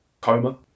Coma